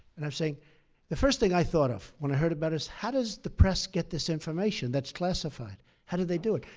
and i'm saying the first thing i thought of when i heard about it is, how does the press get this information that's classified? how do they do it?